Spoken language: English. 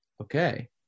okay